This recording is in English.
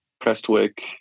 Prestwick